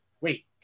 wait